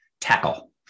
tackle